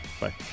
bye